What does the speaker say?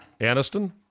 Aniston